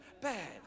bad